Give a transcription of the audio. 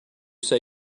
say